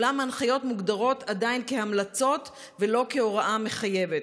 אולם ההנחיות מוגדרות עדיין כהמלצות ולא כהוראה מחייבת.